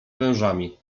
wężami